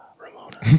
Ramona